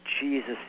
Jesus